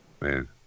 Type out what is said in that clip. man